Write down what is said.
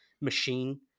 machine